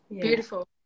Beautiful